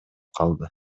калды